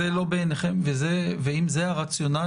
אם הטיפול הוא טיפול רפואי מציל חיים דחוף,